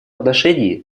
отношении